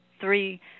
three